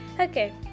Okay